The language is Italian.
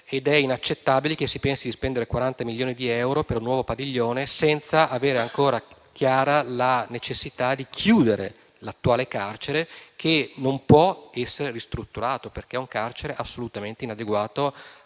è inaccettabile il fatto che si pensi di spendere 40 milioni di euro per un nuovo padiglione senza avere ancora chiara la necessità di chiudere l'attuale carcere, che non può essere ristrutturato, perché assolutamente inadeguato